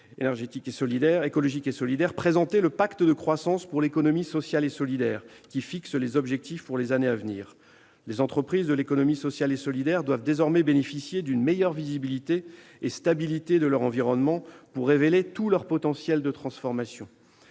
de la transition écologique et solidaire, ont présenté le pacte de croissance pour l'économie sociale et solidaire, l'ESS, qui fixe les objectifs pour les années à venir. Les entreprises de l'économie sociale et solidaire doivent bénéficier d'une meilleure visibilité et stabilité de leur environnement pour révéler leur potentiel de transformation.